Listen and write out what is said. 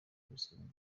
kubisabira